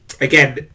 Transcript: Again